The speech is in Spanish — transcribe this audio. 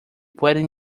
pueden